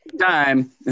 time